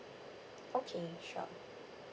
okay sure